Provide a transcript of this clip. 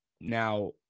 now